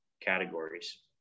categories